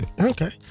Okay